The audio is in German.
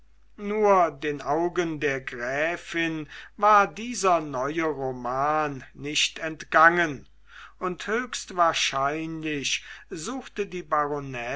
nur den augen der gräfin war dieser neue roman nicht entgangen und höchst wahrscheinlich suchte die